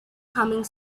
humming